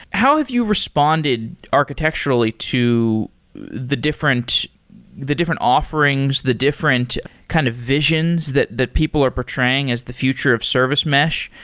how have you responded architecturally to the different the different offerings, the different kind of visions that that people are portraying as the future of service mesh?